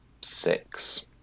six